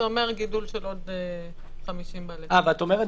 זה אומר גידול של עוד 50 --- את אומרת